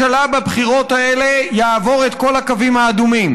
בבחירות האלה ראש הממשלה יעבור את כל הקווים האדומים.